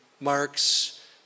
Mark's